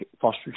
foster